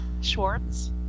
Schwartz